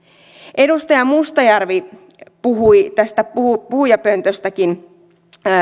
edustaja mustajärvi puhui tästä puhujapöntöstäkin